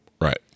Right